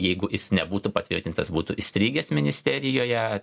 jeigu jis nebūtų patvirtintas būtų įstrigęs ministerijoje